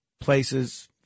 places